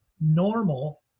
normal